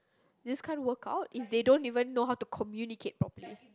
this can't work out if they don't even know how to communicate properly